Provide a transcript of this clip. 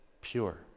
pure